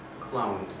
cloned